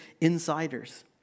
insiders